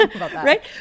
right